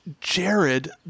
Jared